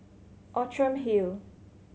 Outram Hill